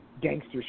gangster